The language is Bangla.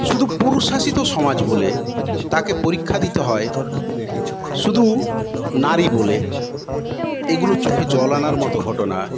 শুধু পুরুষশাসিত সমাজ বলে তাকে পরীক্ষা দিতে হয় শুধু নারী বলে এগুলো চোখে জল আনার মত ঘটনা